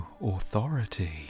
authority